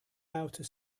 outer